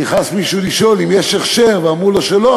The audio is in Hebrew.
נכנס מישהו לשאול אם יש הכשר ואמרו לו שלא,